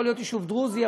יכול להיות יישוב דרוזי,